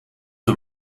een